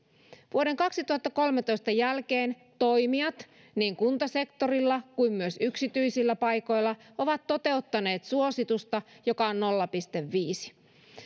vuoden kaksituhattakolmetoista jälkeen toimijat niin kuntasektorilla kuin myös yksityisillä paikoilla ovat toteuttaneet suositusta joka on nolla pilkku viisi